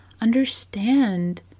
understand